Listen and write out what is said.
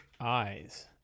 eyes